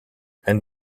and